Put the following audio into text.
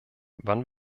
wann